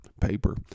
paper